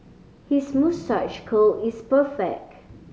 his moustache curl is perfect